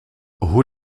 hoe